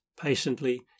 patiently